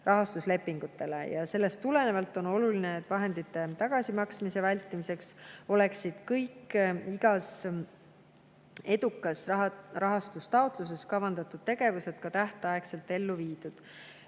rahastuslepingutele. Sellest tulenevalt on oluline, et vahendite tagasimaksmise [nõude] vältimiseks oleksid kõik edukates rahastustaotlustes kavandatud tegevused tähtaegselt ellu viidud.